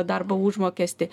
darbo užmokestį